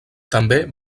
també